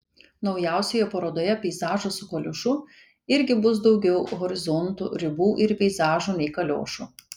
naujausioje parodoje peizažas su kaliošu irgi bus daugiau horizontų ribų ir peizažų nei kaliošų